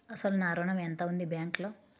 అసలు నా ఋణం ఎంతవుంది బ్యాంక్లో?